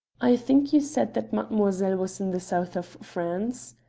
i think you said that mademoiselle was in the south of france?